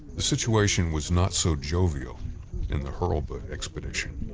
the situation was not so jovial in the hurlbut expedition.